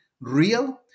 real